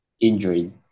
injured